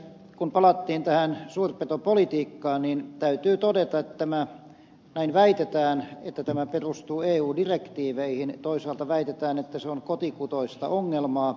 kun palattiin tähän suurpetopolitiikkaan niin täytyy todeta että tämä näin väitetään perustuu eu direktiiveihin toisaalta väitetään että se on kotikutoista ongelmaa